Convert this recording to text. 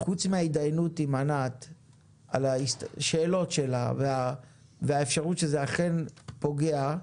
חוץ מהידיינות עם ענת רוזה על השאלות שלה והאפשרות שזה אכן פוגע,